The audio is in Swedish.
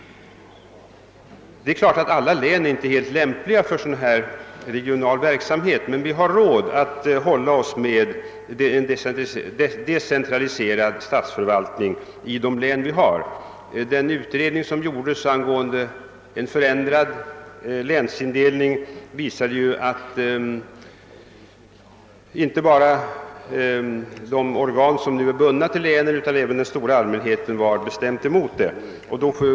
Det är klart att inte alla län är helt lämpliga för sådan regional verksamhet, men vi har råd att hålla oss med en decentraliserad statsförvaltning i de län som nu finns. Den utredning som gjordes angående en förändrad länsindelning visade ju att inte bara de organ som nu är bundna till länen utan även den stora allmänheten var bestämt emot en sådan ändrad indelning.